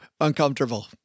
uncomfortable